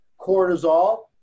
cortisol